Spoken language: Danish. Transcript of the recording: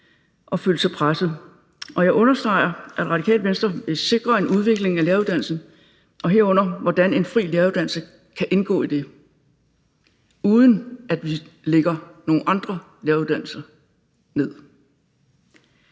og følt sig presset. Jeg understreger, at Radikale Venstre vil sikre en udvikling af læreruddannelsen og herunder, hvordan en fri læreruddannelse kan indgå i det, uden at vi lægger nogen andre læreruddannelser ned.